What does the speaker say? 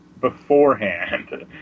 beforehand